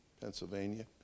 Pennsylvania